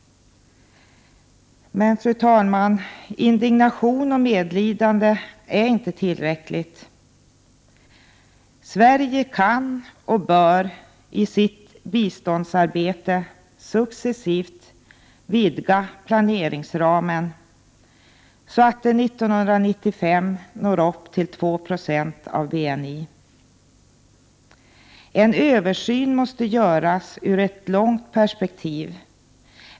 Men, fru talman, indignation och medlidande är inte tillräckligt. Sverige kan och bör i sitt biståndsarbete successivt vidga planeringsramen så att biståndet 1995 når upp till 2 90 av BNI. En översyn måste göras ur ett långt perspektiv.